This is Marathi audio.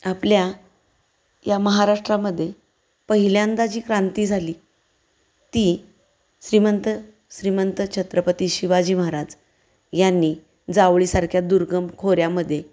आपल्या या महाराष्ट्रामध्ये पहिल्यांदा जी क्रांती झाली ती श्रीमंत श्रीमंत छत्रपती शिवाजी महाराज यांनी जावळीसारख्या दुर्गम खोऱ्यामध्ये